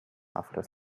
after